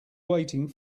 waiting